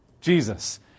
Jesus